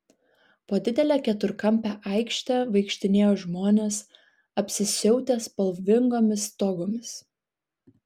po didelę keturkampę aikštę vaikštinėjo žmonės apsisiautę spalvingomis togomis